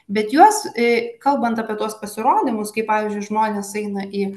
bet juos e kalbant apie tuos pasirodymus kai pavyzdžiui žmonės eina į